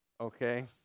Okay